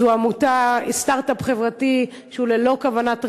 זו עמותה, סטרט-אפ חברתי שהוא ללא כוונת רווח,